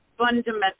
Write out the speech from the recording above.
Fundamental